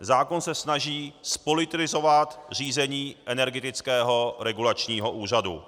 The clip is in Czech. Zákon se snaží zpolitizovat řízení Energetického regulačního úřadu.